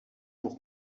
pour